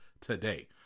today